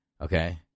Okay